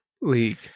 league